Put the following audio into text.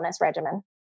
regimen